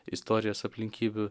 istorijos aplinkybių